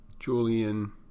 Julian